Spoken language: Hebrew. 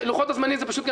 הפוך,